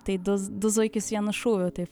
tai du du zuikius vienu šūviu taip